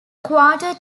quarter